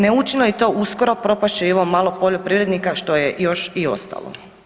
Ne učine li to uskoro propast će i ovo malo poljoprivrednika što je još i ostalo.